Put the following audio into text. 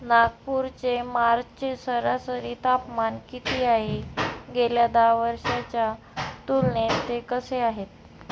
नागपूरचे मार्चचे सरासरी तापमान किती आहे गेल्या दहा वर्षांच्या तुलनेत ते कसे आहेत